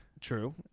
True